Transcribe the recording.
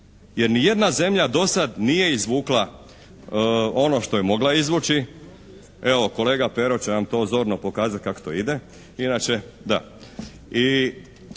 jer ni jedna zemlja do sada nije izvukla ono što je mogla izvući. Evo kolega Pero će vam to zorno pokazati kako to ide, inače, da.